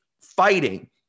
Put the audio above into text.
fighting